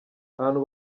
abantu